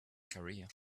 career